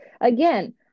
Again